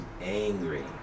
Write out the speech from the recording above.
angry